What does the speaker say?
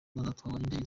n’indege